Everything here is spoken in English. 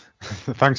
Thanks